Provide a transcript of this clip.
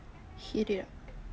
heat it up